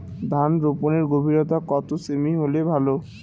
ধান রোপনের গভীরতা কত সেমি হলে ভালো?